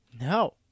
No